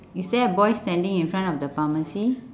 is there a boy standing in front of the pharmacy